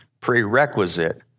Prerequisite